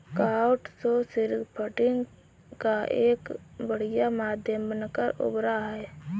crowdsourcing funding का एक बढ़िया माध्यम बनकर उभरा है